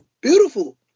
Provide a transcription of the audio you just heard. Beautiful